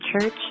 church